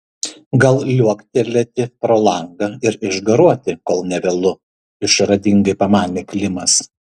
gal liuoktelėti pro langą ir išgaruoti kol ne vėlu išradingai pamanė klimas